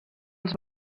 els